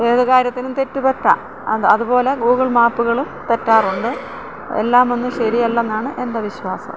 ഏത് കാര്യത്തിനും തെറ്റ് പറ്റാം അത് അതുപോലെ ഗൂഗിൾ മാപ്പ്കളും തെറ്റാറുണ്ട് എല്ലാമൊന്നും ശെരിയല്ലെന്നാണ് എൻ്റെ വിശ്വാസം